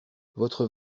votre